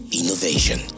innovation